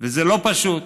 וזה לא פשוט.